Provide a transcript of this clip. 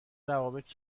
روابط